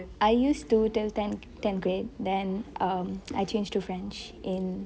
I used to till ten ten ten grade then I changed to french in